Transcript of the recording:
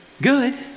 Good